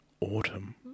Autumn